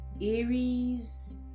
Aries